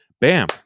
Bam